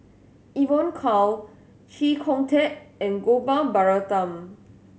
Evon Kow Chee Kong Tet and Gopal Baratham